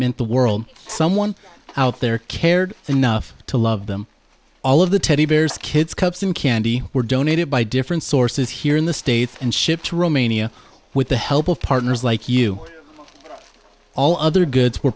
meant the world someone out there cared enough to love them all of the teddy bears kids cups and candy were donated by different sources here in the states and shipped to romania with the help of partners like you all other goods were